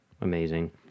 Amazing